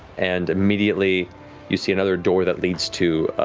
and immediately you see another door that leads to